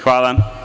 Hvala.